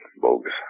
bogus